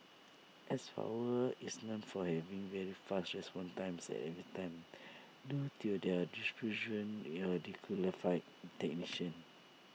S power is known for having very fast response times at every time due to their distribution your technicians